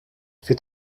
fait